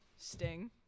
Sting